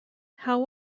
how